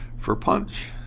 for punch,